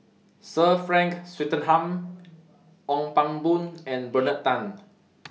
Sir Frank Swettenham Ong Pang Boon and Bernard Tan